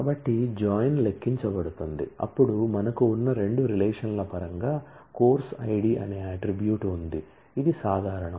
కాబట్టి జాయిన్ లెక్కించబడుతుంది అప్పుడు మనకు ఉన్న రెండు రిలేషన్ల పరంగా కోర్సు ఐడి అనే అట్ట్రిబ్యూట్ ఉంది ఇది సాధారణం